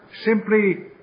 simply